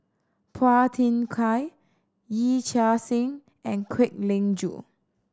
Phua Thin Kiay Yee Chia Hsing and Kwek Leng Joo